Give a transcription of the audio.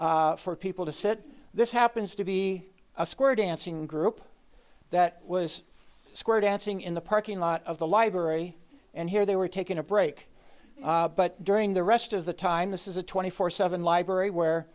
here for people to sit this happens to be a square dancing group that was square dancing in the parking lot of the library and here they were taking a break but during the rest of the time this is a twenty four seven library where